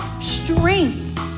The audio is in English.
strength